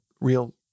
real